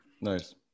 Nice